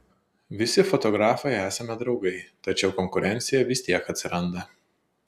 visi fotografai esame draugai tačiau konkurencija vis tiek atsiranda